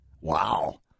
Wow